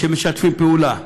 כשמשתפים פעולה,